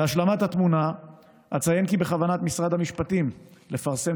להשלמת התמונה אציין כי בכוונת משרד המשפטים לפרסם